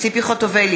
אבי דיכטר,